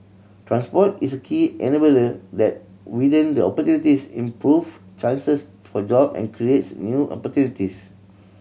transport is a key enabler that widen the opportunities improve chances for job and creates new opportunities